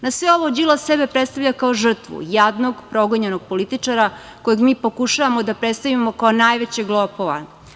Na sve ovo, Đilas sebe predstavlja kao žrtvu, jadnog, progonjenog političara, kojeg mi pokušavamo da predstavimo kao najvećeg lopova.